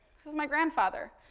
this is my grandfather.